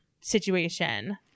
situation